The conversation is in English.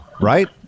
Right